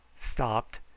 stopped